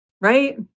Right